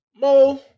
Mo